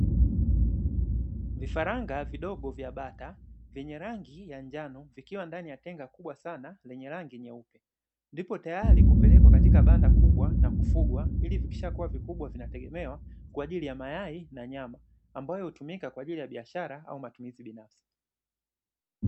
Vifaranga vidogo vya bata, vyenye rangi ya njano, vikiwa ndani ya tenga kubwa sana lenye rangi nyeupe, vipo tayari kupelekwa katika banda kubwa na kufugwa, ili vikishakuwa vikubwa vinategemewa kwa ajili ya mayai na nyama, ambayo hutumika kwa ajili ya biashara au matumizi binafsi.